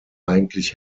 eigentlich